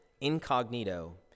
incognito